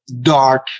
dark